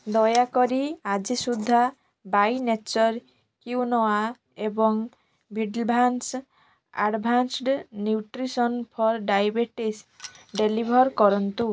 ଦୟାକରି ଆଜି ସୁଦ୍ଧା ବାଇନେଚର୍ କ୍ୱିନୋଆ ଏବଂ vidvance advanced nutrition for diabetes deliver କରନ୍ତୁ